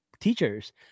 teachers